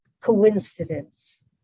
Coincidence